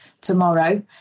tomorrow